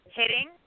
hitting